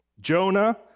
Jonah